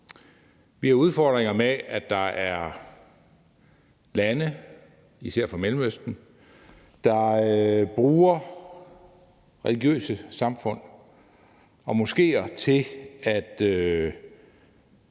Vi har udfordringer med, at der er lande, især fra Mellemøsten, der bruger religiøse samfund og moskéer til at